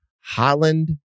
Holland